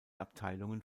abteilungen